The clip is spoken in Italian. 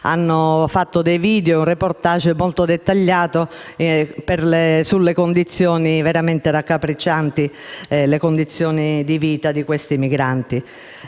hanno fatto dei video e un *reportage* molto dettagliato sulle condizioni veramente raccapriccianti di vita dei migranti.